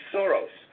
Soros